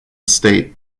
state